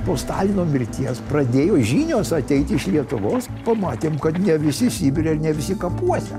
po stalino mirties pradėjau žinios ateit iš lietuvos pamatėme kad ne visi sibire ne visi kapuose